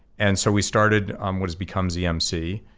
and so we started what has become zmc.